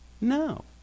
No